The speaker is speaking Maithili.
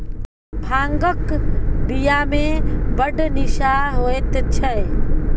भांगक बियामे बड़ निशा होएत छै